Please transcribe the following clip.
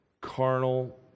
carnal